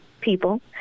people